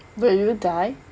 will you die